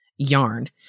yarn